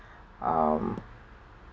um